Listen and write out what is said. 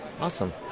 Awesome